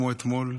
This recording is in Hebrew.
כמו אתמול,